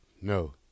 No